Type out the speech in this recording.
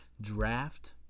draft